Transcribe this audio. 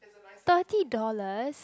thirty dollars